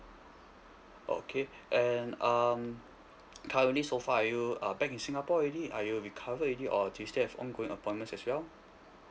okay and um currently so far are you uh back in singapore already are you recover already or do you still have ongoing appointments as well